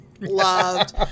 loved